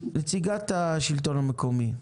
נציגת השלטון המקומי,